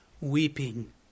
weeping